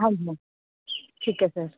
हां जी ठीक ऐ सर